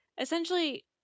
essentially